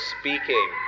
speaking